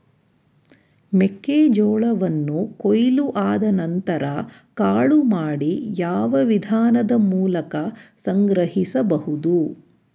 ಮೆಕ್ಕೆ ಜೋಳವನ್ನು ಕೊಯ್ಲು ಆದ ನಂತರ ಕಾಳು ಮಾಡಿ ಯಾವ ವಿಧಾನದ ಮೂಲಕ ಸಂಗ್ರಹಿಸಬಹುದು?